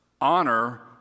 honor